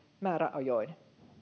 määräajoin